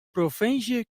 provinsje